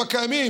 בקיימים.